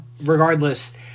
regardless